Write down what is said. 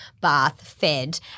bath-fed